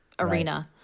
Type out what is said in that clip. arena